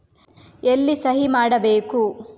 ಎಲ್ಲಿ ಸಹಿ ಮಾಡಬೇಕು?